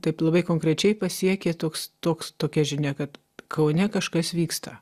taip labai konkrečiai pasiekė toks toks tokia žinia kad kaune kažkas vyksta